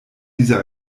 diese